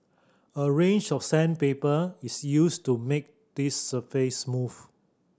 a range of sandpaper is used to make this surface smooth